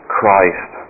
Christ